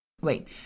Wait